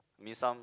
mean some